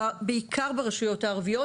בעיקר ברשויות הערביות,